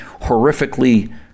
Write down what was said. horrifically